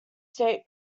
state